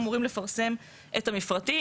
אמורים לפרסם את המפרטים,